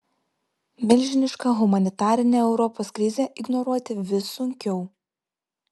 milžinišką humanitarinę europos krizę ignoruoti vis sunkiau